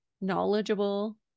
knowledgeable